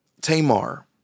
Tamar